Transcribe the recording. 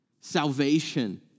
salvation